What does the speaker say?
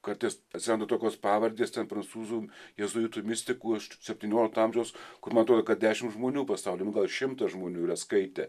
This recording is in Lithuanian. kartais atsiranda tokios pavardės ten prancūzų jėzuitų mistikų iš septyniolikto amžiaus kur man atrodo kad dešimt žmonių pasauly nu gal šimtas žmonių yra skaitę